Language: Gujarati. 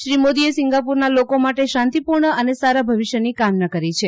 શ્રી મોદીએ સિંગાપુરના લોકો માટે શાંતિપૂર્ણ અને સારા ભવિષ્યની કામના કરી છે